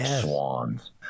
Swans